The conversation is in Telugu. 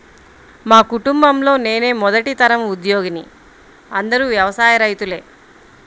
మా కుటుంబంలో నేనే మొదటి తరం ఉద్యోగిని అందరూ వ్యవసాయ రైతులే